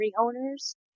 owners